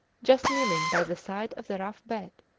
just kneeling by the side of the rough bed,